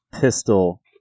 pistol